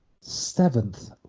seventh